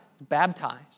baptized